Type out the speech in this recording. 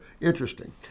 Interesting